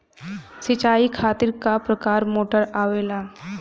सिचाई खातीर क प्रकार मोटर आवेला?